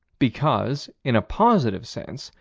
because, in a positive sense,